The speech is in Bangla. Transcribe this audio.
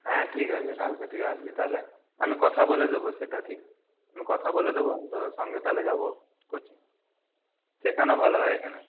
হ্যাঁ ঠিক আছে কালকে তুই আসবি তাহলে আমি কথা বলে দেব সেটা ঠিক আমি কথা বলে দেব তোর সঙ্গে তাহলে যাবো কোচিং শেখানো ভালো হয় এখানে